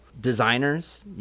designers